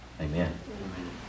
Amen